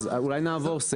אז אולי נעבור סעיף.